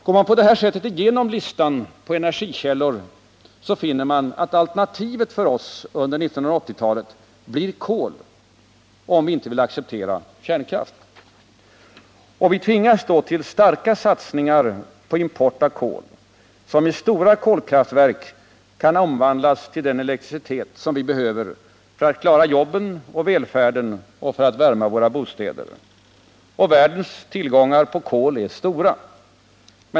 Går man igenom listan på energikällor på detta sätt, finner man att alternativet för oss under 1980-talet blir kol, om vi inte vill acceptera kärnkraft. Vi tvingas då till starka satsningar på import av kol, som i stora kolkraftverk kan omvandlas till den elektricitet som vi behöver för att klara jobben och välfärden och för att värma våra bostäder. Världers koltillgångar är stora.